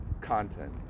content